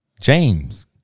James